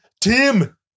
Tim